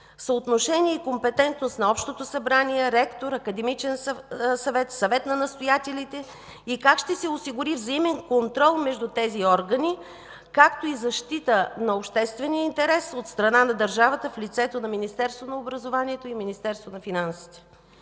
съотношение и компетентност на Общото събрание, ректор, Академичен съвет, Съвет на настоятелите, и как ще се осигури взаимен контрол между тези органи, както и защита на обществения интерес от страна на държавата в лицето на Министерството на образованието и науката и Министерството на финансите?